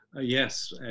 yes